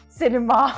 cinema